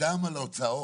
קדם על ההוצאות,